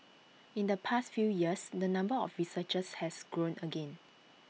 in the past few years the number of researchers has grown again